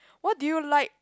what did you like